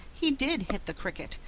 he did hit the cricket,